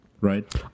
Right